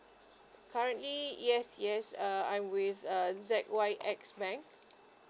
currently yes yes uh I'm with uh Z Y X bank